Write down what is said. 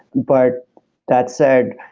but that said,